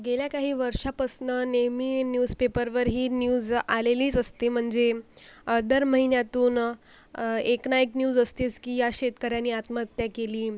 गेल्या काही वर्षापासून नेहमी न्यूसपेपरवर ही न्यूज आलेलीच असते म्हणजे दर महिन्यातून एक ना एक न्यूज असतेच की या शेतकऱ्यानी आत्महत्या केली